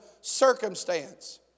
circumstance